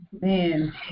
Man